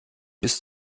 bis